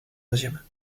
deuxième